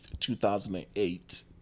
2008